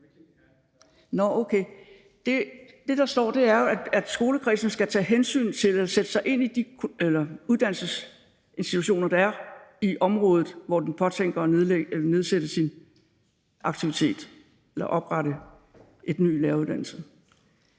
Det, der står, er, at skolekredsen skal tage hensyn til og sætte sig ind i de uddannelsesinstitutioner, der er i området, hvor den påtænker at oprette en ny læreruddannelse,